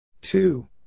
Two